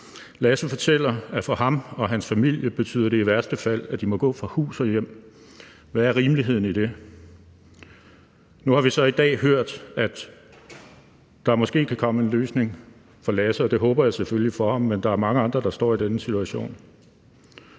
Lasse fortæller, at for ham og hans familie betyder det i værste fald, at de må gå fra hus og hjem. Hvad er rimeligheden i det? Nu har vi så i dag hørt, at der måske kan komme en løsning for Lasse, og det håber jeg selvfølgelig for ham, men der er mange andre, der står i denne situation.